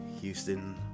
Houston